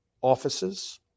offices